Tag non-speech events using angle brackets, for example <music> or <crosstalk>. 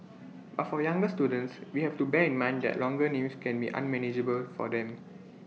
<noise> but for younger students we have to bear in mind that longer names can be unmanageable for them